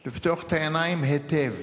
לפתוח את העיניים היטב